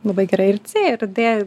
labai gerai ir c ir d